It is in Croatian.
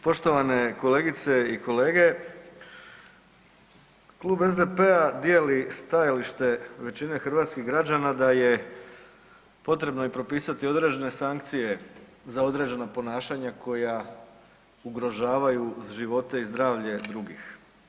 Poštovane kolegice i kolege, Klub SDP-a dijeli stajalište većine hrvatskih građana da je potrebno i propisati određene sankcije za određena ponašanja koja ugrožavaju živote i zdravlje drugih.